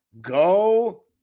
go